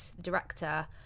director